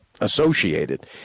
associated